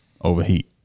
overheat